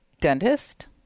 dentist